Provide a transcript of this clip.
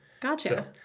gotcha